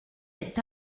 est